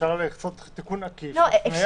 אפשר לעשות תיקון עקיף עם הפניה לחוק.